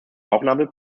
bauchnabel